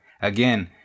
again